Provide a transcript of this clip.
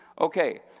Okay